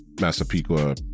Massapequa